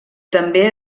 també